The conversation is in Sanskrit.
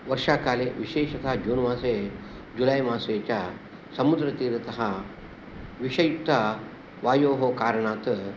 वर्षाकाले विशेषतः जून् मासे जुलै मासे च समुद्रतीरतः विषयुक्तवायोः कारणात्